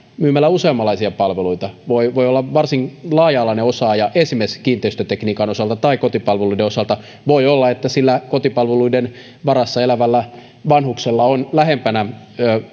myymällä useammanlaisia palveluita voi voi olla varsin laaja alainen osaaja esimerkiksi kiinteistötekniikan osalta tai kotipalveluiden osalta voi olla että sillä kotipalveluiden varassa elävällä vanhuksella on lähempänä